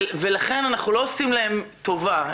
ולכן אנחנו לא עושים להם טובה.